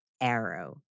arrow